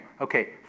okay